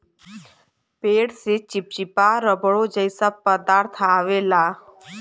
पेड़ से चिप्चिपा रबड़ो जइसा पदार्थ अवेला